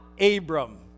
Abram